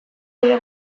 bide